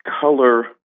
color